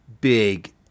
big